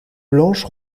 blanche